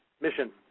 mission